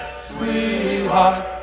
sweetheart